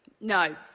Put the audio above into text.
No